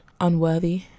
unworthy